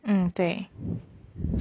mm 对